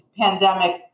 pandemic